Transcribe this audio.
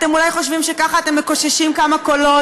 אתם אולי חושבים שככה אתם מקוששים כמה קולות